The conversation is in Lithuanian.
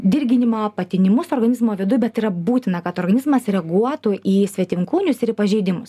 dirginimą patinimus organizmo viduj bet yra būtina kad organizmas reaguotų į svetimkūnius ir į pažeidimus